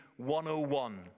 101